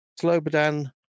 Slobodan